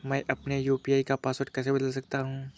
मैं अपने यू.पी.आई का पासवर्ड कैसे बदल सकता हूँ?